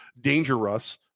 dangerous